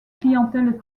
clientèle